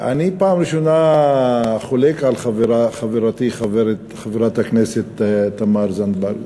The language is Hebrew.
אני בפעם הראשונה חולק על חברתי חברת הכנסת תמר זנדברג.